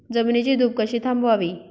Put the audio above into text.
जमिनीची धूप कशी थांबवावी?